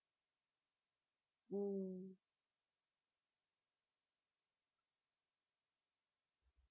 mm